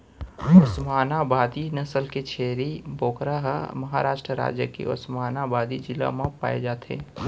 ओस्मानाबादी नसल के छेरी बोकरा ह महारास्ट राज के ओस्मानाबादी जिला म पाए जाथे